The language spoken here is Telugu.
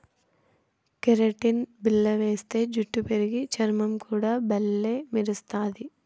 కెరటిన్ బిల్ల వేస్తే జుట్టు పెరిగి, చర్మం కూడా బల్లే మెరస్తది